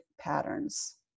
patterns